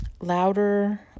louder